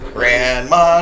Grandma